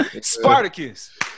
Spartacus